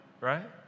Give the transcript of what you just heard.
right